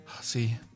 See